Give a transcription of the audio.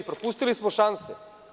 Propustili smo šanse.